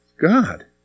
God